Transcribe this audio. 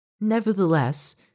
Nevertheless